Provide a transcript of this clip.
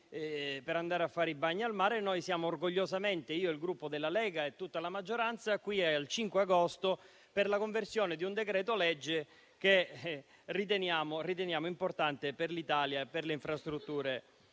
per andare a fare il bagno al mare, siamo orgogliosamente - io, il Gruppo della Lega e tutta la maggioranza - qui il 5 agosto per la conversione di un decreto-legge che riteniamo importante per l'Italia e per lo sviluppo